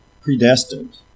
predestined